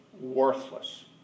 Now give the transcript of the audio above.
worthless